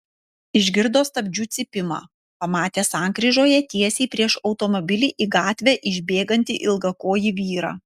išgirdo stabdžių cypimą pamatė sankryžoje tiesiai prieš automobilį į gatvę išbėgantį ilgakojį vyrą